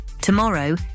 Tomorrow